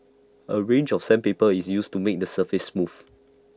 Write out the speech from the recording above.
A range of sandpaper is used to make the surface smooth